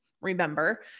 remember